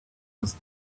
does